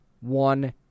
one